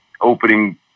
opening